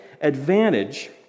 advantage